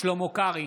שלמה קרעי,